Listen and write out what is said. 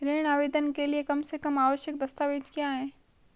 ऋण आवेदन के लिए कम से कम आवश्यक दस्तावेज़ क्या हैं?